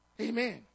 Amen